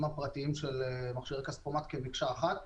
הפרטיים של מכשירי כספומט כמקשה אחת.